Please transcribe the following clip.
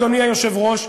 אדוני היושב-ראש,